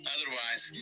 Otherwise